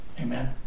Amen